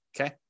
okay